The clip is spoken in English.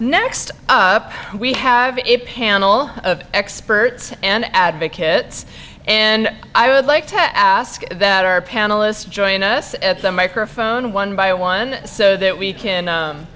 next up we have a panel of experts an advocate and i i like to ask that our panelists join us at the microphone one by one so that we can